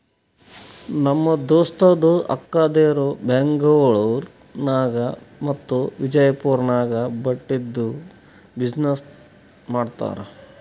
ನಮ್ ದೋಸ್ತದು ಅಕ್ಕಾದೇರು ಬೆಂಗ್ಳೂರ್ ನಾಗ್ ಮತ್ತ ವಿಜಯಪುರ್ ನಾಗ್ ಬಟ್ಟಿದ್ ಬಿಸಿನ್ನೆಸ್ ಮಾಡ್ತಾರ್